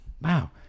Wow